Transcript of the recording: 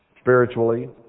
spiritually